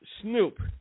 snoop